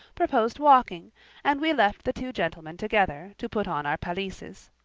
proposed walking and we left the two gentlemen together, to put on our pelisses.